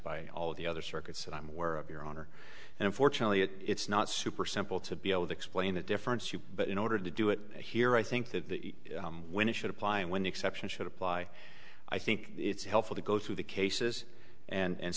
by all of the other circuits that i'm aware of your honor and unfortunately it's not super simple to be able to explain the difference you but in order to do it here i think that when it should apply when the exception should apply i think it's helpful to go through the cases and